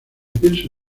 pienso